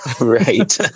Right